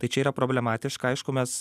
tai čia yra problematiška aišku mes